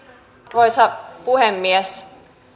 arvoisa puhemies